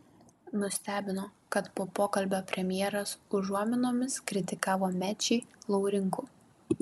nustebino kad po pokalbio premjeras užuominomis kritikavo mečį laurinkų